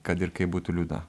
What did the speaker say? kad ir kaip būtų liūdna